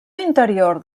interior